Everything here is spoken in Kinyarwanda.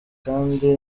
kandi